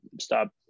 stop